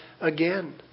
again